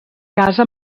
casa